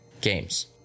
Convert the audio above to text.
games